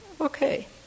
Okay